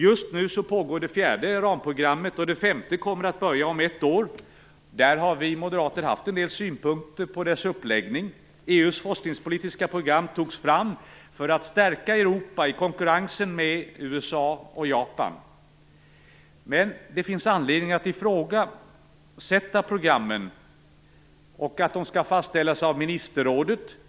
Just nu pågår det fjärde ramprogrammet, och det femte kommer att börja om ett år. Vi moderater har haft en del synpunkter på dess uppläggning. EU:s forskningspolitiska program togs fram för att stärka Europa i konkurrensen med USA och Japan, men det finns anledning att ifrågasätta programmen och att de skall fastställas av ministerrådet.